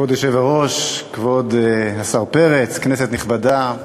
כבוד היושב-ראש, כבוד השר פרץ, כנסת נכבדה,